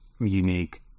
unique